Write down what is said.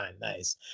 Nice